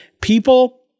People